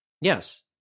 Yes